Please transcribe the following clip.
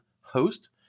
host